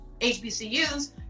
HBCUs